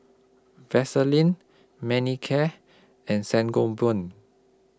Vaselin Manicare and Sangobion